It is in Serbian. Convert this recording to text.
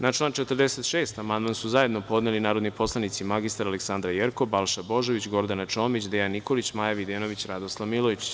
Na član 46. amandman su zajedno podneli narodni poslanici mr Aleksandra Jerkov, Balša Božović, Gordana Čomić, Dejan Nikolić, Maja Videnović i Radoslav Milojičić.